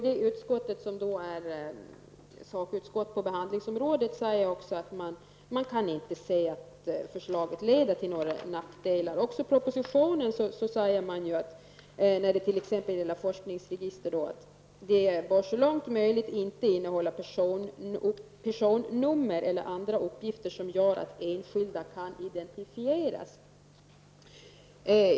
Det utskott som är sakutskott på behandlingsområdet säger också att man inte kan se att förslaget leder till några nackdelar. Även i propositionen säger man när det gäller forskningsregister att de så långt möjligt inte bör innehålla personnummer eller andra uppgifter som gör att enskilda kan identifieras.